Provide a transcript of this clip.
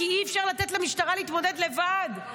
כי אי-אפשר לתת למשטרה להתמודד לבד.